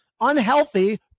unhealthy